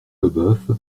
leboeuf